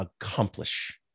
accomplish